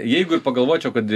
jeigu ir pagalvočiau kad